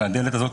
מהדלת הזאת,